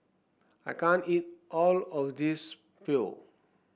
I can't eat all of this Pho